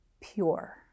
pure